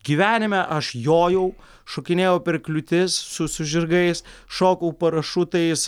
gyvenime aš jojau šokinėjau per kliūtis su su žirgais šokau parašutais